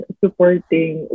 supporting